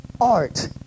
art